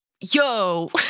Yo